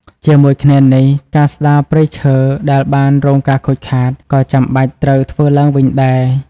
ជាមួយគ្នានេះ ការស្ដារព្រៃឈើដែលបានរងការខូចខាត ក៏ចាំបាច់ត្រូវធ្វើឡើងវិញដែរ។